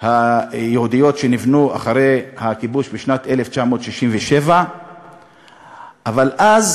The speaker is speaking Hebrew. היהודיות שנבנו אחרי הכיבוש בשנת 1967. אבל אז